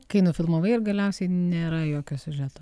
kai nufilmavai ir galiausiai nėra jokio siužeto